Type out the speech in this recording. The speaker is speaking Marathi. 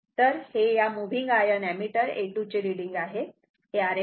तर हे या मूव्हिंग आयर्न एमिटर A2 चे रीडिंग आहे